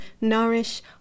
nourish